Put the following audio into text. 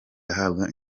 ahabwa